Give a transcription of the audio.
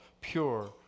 pure